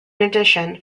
addition